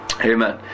Amen